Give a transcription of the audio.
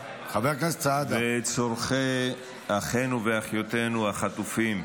ובצורכי אחינו ואחיותינו החטופים,